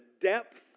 depth